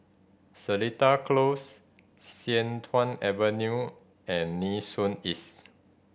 Seletar Close Sian Tuan Avenue and Nee Soon East